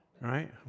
right